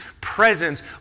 presence